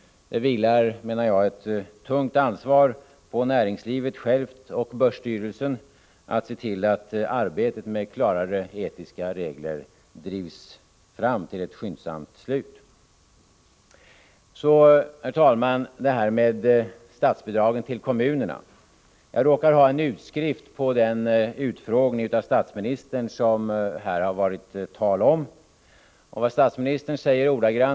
Det vilar, menar jag, ett tungt ansvar på näringslivet självt och på börsstyrelsen att se till att arbetet med klarare etiska regler drivs fram till ett skyndsamt slut. Så, herr talman, detta med statsbidrag till kommunerna. Jag råkar ha en utskrift från den utfrågning av statsministern som det varit tal om här.